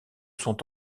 sont